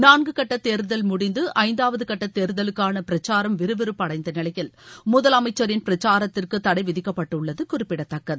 நான்கு கட்ட தேர்தல் முடிந்து ஐந்தாவது கட்ட தேர்தலுக்கான பிரச்சாரம் விறுவிறப்பு அடைந்த நிலையில் முதலமைச்சரின் பிரச்சாரத்திற்கு தடை விதிக்கப்பட்டுள்ளது குறிப்பிடதக்கது